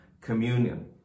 communion